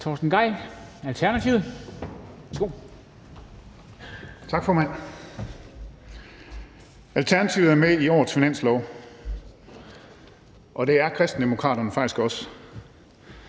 Torsten Gejl (ALT): Tak, formand. Alternativet er med i årets finanslov, og det er Kristendemokraterne faktisk også.